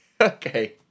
Okay